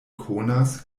konas